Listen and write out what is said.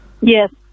Yes